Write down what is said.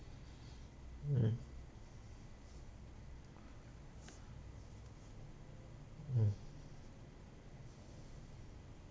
mm mm